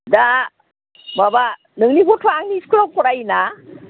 दा माबा नोंनि गथ'आ आंनि स्कुलाव फरायो ना